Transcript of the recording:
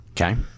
Okay